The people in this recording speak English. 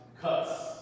cuts